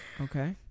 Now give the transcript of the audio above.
Okay